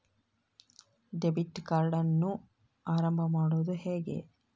Debit ಕಾರ್ಡನ್ನು ಆರಂಭ ಮಾಡೋದು ಹೇಗೆ?